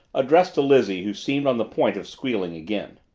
addressed to lizzie who seemed on the point of squealing again.